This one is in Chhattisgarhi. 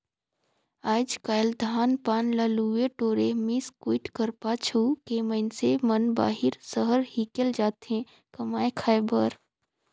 आएज काएल धान पान ल लुए टोरे, मिस कुइट कर पाछू के मइनसे मन बाहिर सहर हिकेल जाथे कमाए खाए बर